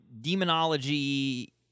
demonology